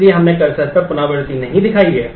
इसलिए हमने कर्सर पर पुनरावृत्ति नहीं दिखाई है